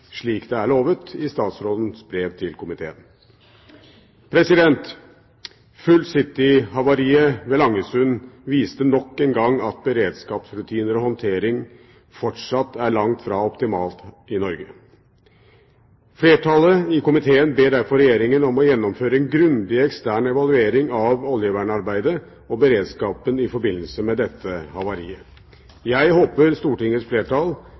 slik det er lovet i statsrådens brev til komiteen. «Full City»-havariet ved Langesund viste nok en gang at beredskapsrutiner og håndtering fortsatt er langt fra optimalt i Norge. Flertallet i komiteen ber derfor Regjeringen om å gjennomføre en grundig ekstern evaluering av oljevernarbeidet og oljevernberedskapen i forbindelse med dette havariet. Jeg håper Stortingets flertall